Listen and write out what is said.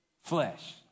Flesh